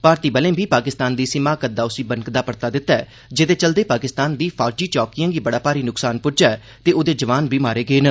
भारतीय बलें बी पाकिस्तान दी इस हिमाकत दा बनकदा परता दित्ता जेहदे चलदे पाकिस्तान दी फौजी चौकियें गी बड़ा भारी नुक्सान पुज्जा ऐ ते ओह्दे जौआन बी मारे गे न